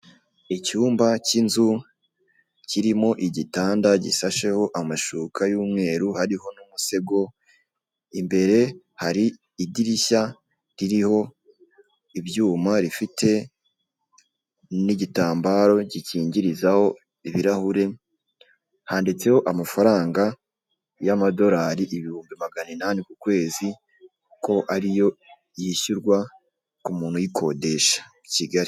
Icyumba k'inzu kirimo igitanda gisasheho amashuka y'umweru hariho n'umusego imbere hari idirishya ririho ibyuma rifite n'igitambaro gikingirizaho ibirahure, handitseho amafaranga y'amadorari ibihumbi maganinani ku kwezi ko ariyo yishyurwa ku muntu ayikodesha i Kigali.